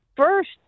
first